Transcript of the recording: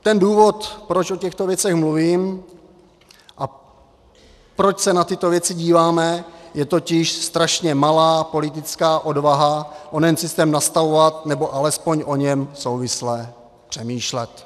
Ten důvod, proč o těchto věcech mluvím a proč se na tyto věci díváme, je totiž strašně malá politická odvaha onen systém nastavovat, nebo alespoň o něm souvisle přemýšlet.